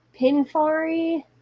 pinfari